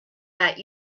that